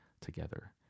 together